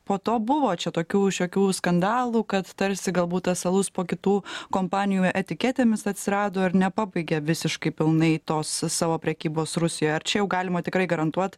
po to buvo čia tokių šiokių skandalų kad tarsi galbūt tas alus po kitų kompanijų etiketėmis atsirado ir nepabaigė visiškai pilnai tos savo prekybos rusijoj ar čia jau galima tikrai garantuot